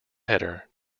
header